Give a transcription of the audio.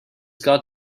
got